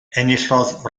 enillodd